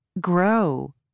grow